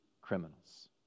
criminals